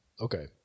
Okay